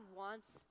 wants